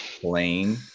playing